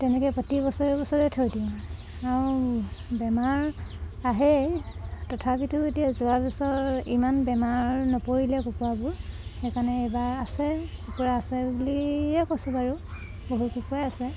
তেনেকৈ প্ৰতি বছৰে বছৰে থৈ দিওঁ আৰু আৰু বেমাৰ আহেই তথাপিতো এতিয়া যোৱা বছৰ ইমান বেমাৰ নপৰিলে কুকুৰাবোৰ সেইকাৰণে এইবাৰ আছে কুকুৰা আছে বুলিয়ে কৈছোঁ বাৰু বহু কুকুৰাই আছে